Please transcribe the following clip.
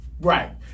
Right